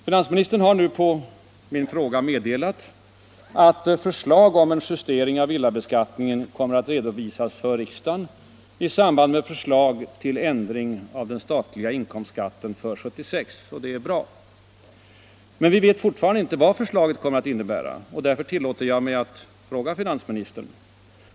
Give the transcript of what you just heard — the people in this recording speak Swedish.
Finansministern har nu på min fråga meddelat att förslag om en justering av villabeskattningen kommer att redovisas för riksdagen i samband med förslag till ändring av den statliga inkomstskatten för 1976, och det är bra. Men vi vet fortfarande inte vad förslaget kommer att inbära, och därför tillåter jag mig att ställa några frågor till finansministern.